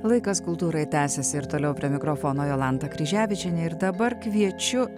laikas kultūrai tęsiasi ir toliau prie mikrofono jolanta kryževičienė ir dabar kviečiu